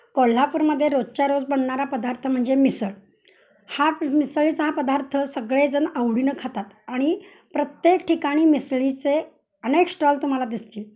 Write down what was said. कोल्हापूरमध्ये रोजच्या रोज बनणारा पदार्थ म्हणजे मिसळ हा मिसळीचा हा पदार्थ सगळेजण आवडीनं खातात आणि प्रत्येक ठिकाणी मिसळीचे अनेक श्टॉल तुम्हाला दिसतील